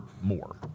more